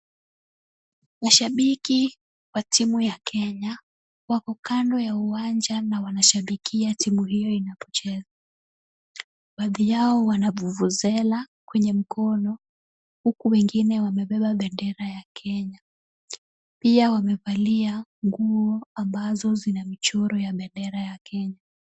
Mashabiki wa timu ya Kenya wako kando ya uwanja na wanashabikia timu hiyo inapocheza. Baadhi yao wana vuvuzela kwenye mkono huku wengine wamebeba bendera ya Kenya. Pia wamevalia nguo ambazo zina michoro ya bendera ya Kenya.